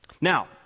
Now